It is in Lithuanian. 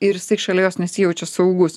ir jisai šalia jos nesijaučia saugus